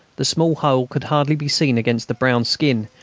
the small hole could hardly be seen against the brown skin,